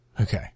Okay